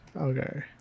Okay